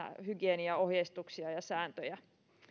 hygieniaohjeistuksia ja sääntöjä